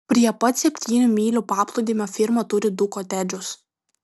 prie pat septynių mylių paplūdimio firma turi du kotedžus